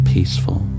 peaceful